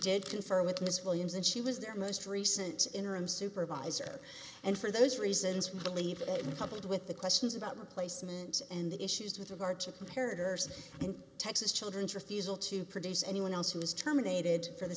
did confer with miss williams and she was their most recent interim supervisor and for those reasons we believe coupled with the questions about replacements and the issues with regard to compared or in texas children's refusal to produce anyone else who was terminated for the